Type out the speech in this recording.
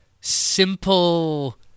simple